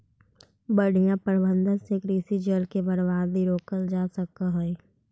बढ़ियां प्रबंधन से कृषि जल के बर्बादी रोकल जा सकऽ हई